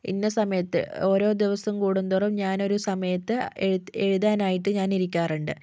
ഇന്ന സമയത്ത് ഓരോ ദിവസം കൂടും തോറും ഞാനൊരു സമയത്ത് എഴ് എഴുതാനായിട്ട് ഞാൻ ഇരിക്കാറുണ്ട്